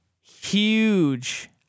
huge